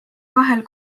kahel